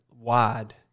wide